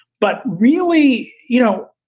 but really, you know,